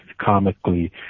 comically